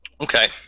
Okay